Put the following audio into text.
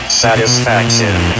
satisfaction